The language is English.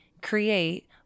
create